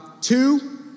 Two